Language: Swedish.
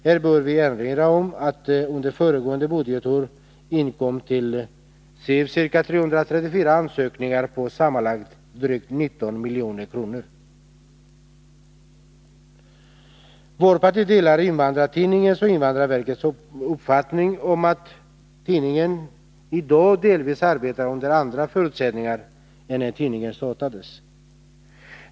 Här bör vi erinra om att under föregående budgetår inkom till STV ca 334 ansökningar på sammanlagt drygt 19 milj.kr. Vårt parti delar Invandrartidningens och invandrarverkets uppfattning om att tidningen i dag delvis arbetar under andra förutsättningar än när tidningen startades.